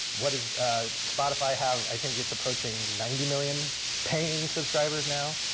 what does spotify have? i think it's approaching ninety million paying subscribers now.